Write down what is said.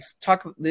talk